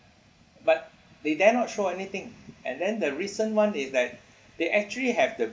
but they dare not show anything and then the recent one is that they actually have the